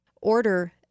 Order